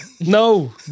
No